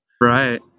Right